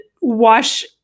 wash